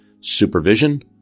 supervision